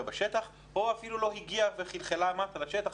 בשטח או אפילו לא הגיעה וחלחלה מטה לשטח,